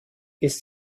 ist